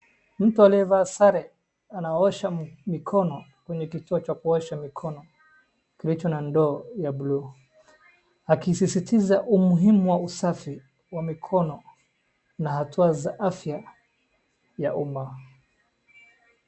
Mtu aliyevaa sare anaosha mikono kwenye kituo cha kuosha mikono kilicho na ndoo ya bluu, akisisitiza umuhimu wa usafi wa mikono na hatua za afya ya uma.